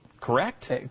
correct